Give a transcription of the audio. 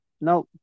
No